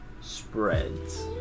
spreads